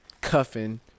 cuffing